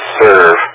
serve